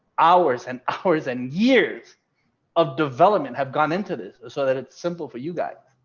hours and hours and years of development have gone into this so that it's simple for you guys.